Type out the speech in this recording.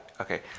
okay